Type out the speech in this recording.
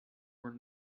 were